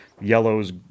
yellows